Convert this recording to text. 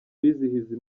bizihiza